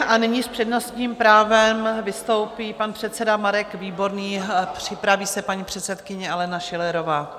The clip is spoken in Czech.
A nyní s přednostním právem vystoupí pan předseda Marek Výborný, připraví se paní předsedkyně Alena Schillerová.